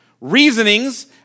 reasonings